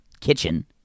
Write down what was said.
kitchen